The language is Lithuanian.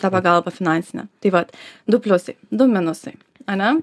tą pagalbą finansinę tai vat du pliusai du minusai ane